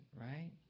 right